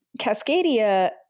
Cascadia